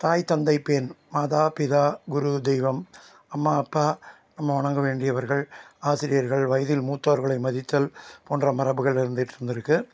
தாய் தந்தை பெண் மாதா பிதா குரு தெய்வம் அம்மா அப்பா நம்ம வணங்க வேண்டியவர்கள் ஆசிரியர்கள் வயதில் மூத்தவர்களை மதித்தல் போன்ற மரபுகள் இருந்துட்ருந்திருக்கு